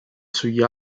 sugli